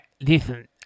Listen